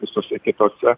visose kitose